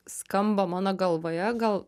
skamba mano galvoje gal